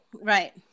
right